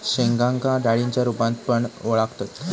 शेंगांका डाळींच्या रूपात पण वळाखतत